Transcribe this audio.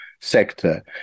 sector